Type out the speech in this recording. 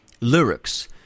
lyrics